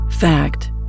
fact